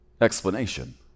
explanation